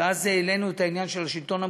ואז העלינו את העניין של השלטון המקומי,